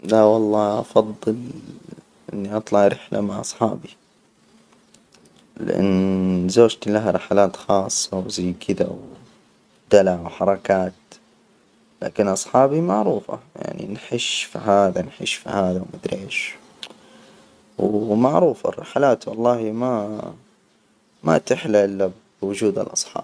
لا والله. أفضل إني أطلع رحلة مع أصحابي، لأن زوجتي لها رحلات خاصة وزي كده ودلع وحركات، لكن أصحابي معروفة، يعني نحش في هذا نحش في هذا وما أدري إيش، ومعروفة الرحلات، والله ما- ما تحلى إلا بوجود الأصحاب.